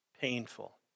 painful